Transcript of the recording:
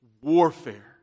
warfare